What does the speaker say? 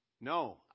No